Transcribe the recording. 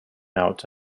out